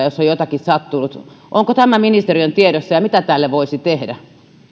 jos on jotakin sattunut onko tämä ministeriön tiedossa ja mitä tälle voisi tehdä